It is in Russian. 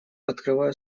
открываю